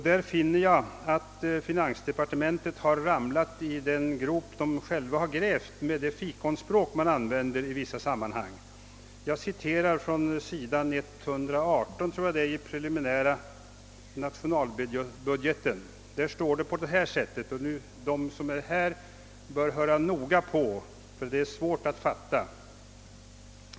Där finner jag att finansdepartementet har fallit i den grop man själv har grävt med det fikonspråk som används i vissa sammanhang. Jag citerar från sid. 118 i den preliminära nationalbudgeten, och de närvarande bör höra noga på ty detta är svårt att fatta.